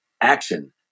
action